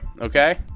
Okay